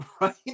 right